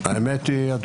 אני נותן לך תשובה אמיתית.